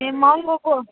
ए महँगोको